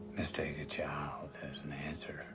mistake a child as an answer